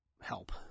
help